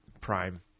prime